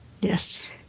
Yes